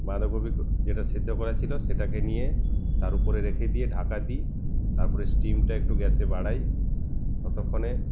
বাঁধাকপি যেটা সেদ্ধ করা ছিল সেটাকে নিয়ে তার ওপরে রেখে দিয়ে ঢাকা দিই তারপরে স্টিমটা একটু গ্যাসে বাড়াই ততক্ষণে